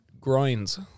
groins